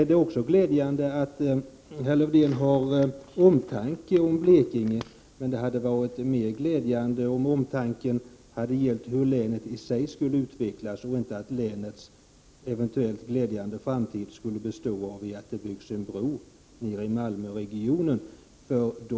Det är också glädjande att herr Lövdén har omtanke om Blekinge, men det hade varit mer glädjande om omtanken hade gällt hur länet i sig skulle utvecklas och inte att länets eventuellt positiva framtid skulle bestå i att det byggs en bro nere i Malmöregionen.